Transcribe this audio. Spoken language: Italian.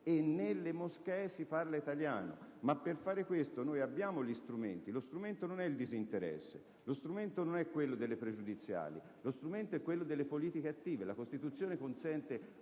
che nelle moschee si parli italiano; ma per fare questo abbiamo gli strumenti. Lo strumento non è il disinteresse, gli strumenti non sono le pregiudiziali: lo strumento è dato dalle politiche attive. La Costituzione consente